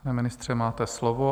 Pane ministře, máte slovo.